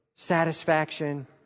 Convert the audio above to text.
Satisfaction